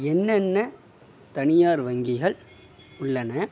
என்னென்ன தனியார் வங்கிகள் உள்ளன